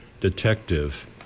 Detective